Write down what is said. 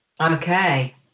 okay